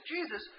Jesus